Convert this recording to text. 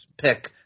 pick